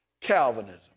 Calvinism